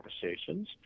conversations